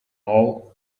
all